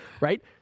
Right